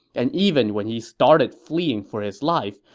and even when he started fleeing for his life,